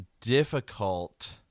difficult